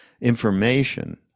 information